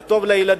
זה טוב לילדים,